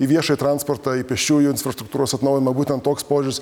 į viešąjį transportą į pėsčiųjų infrastruktūros atnaujinimą būtent toks požiūris